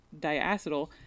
diacetyl